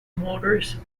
motors